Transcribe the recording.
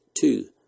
two